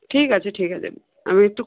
ঠিক আছে ঠিক আছে আমি একটু